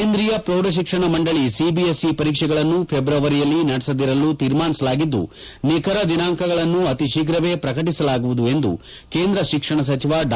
ಕೇಂದ್ರೀಯ ಪ್ರೌಢ ಶಿಕ್ಷಣ ಮಂಡಳಿ ಸಿಬಿಎಸ್ಇ ಪರೀಕ್ಷೆಗಳನ್ನು ಫೆಬ್ರವರಿಯಲ್ಲಿ ನಡೆಸದಿರಲು ತೀರ್ಮಾನಿಸಲಾಗಿದ್ದು ನಿಖರ ದಿನಾಂಕಗಳನ್ನು ಅತಿ ಶೀಫ್ರವೇ ಪ್ರಕಟಿಸಲಾಗುವುದು ಎಂದು ಕೇಂದ್ರ ಶಿಕ್ಷಣ ಸಚಿವ ಡಾ